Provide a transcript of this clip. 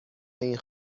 این